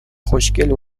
خوشگل